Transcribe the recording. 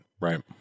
Right